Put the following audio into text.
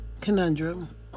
conundrum